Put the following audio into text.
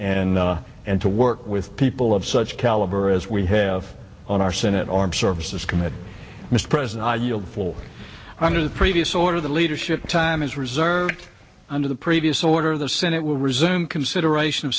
and and to work with people of such caliber as we have on our senate armed services committee mr president i yield four under the previous order the leadership time is reserved under the previous order the senate will resume consideration of